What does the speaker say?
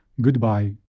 Goodbye